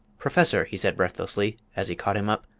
professor! he said breathlessly, as he caught him up,